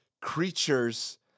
creatures